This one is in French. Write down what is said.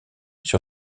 sur